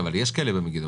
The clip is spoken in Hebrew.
אבל יש כלא במגידו.